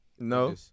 No